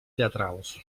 teatrals